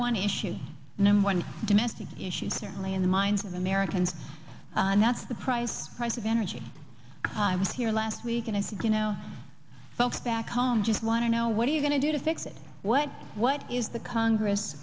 one domestic issue certainly in the minds of americans and that's the price price of energy i was here last week and i think you know folks back home just want to know what are you going to do to fix it what what is the congress